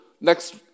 next